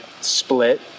split